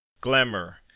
Glamour